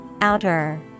OUTER